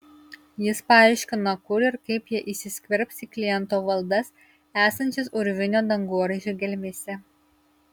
jis paaiškino kur ir kaip jie įsiskverbs į kliento valdas esančias urvinio dangoraižio gelmėse